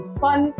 fun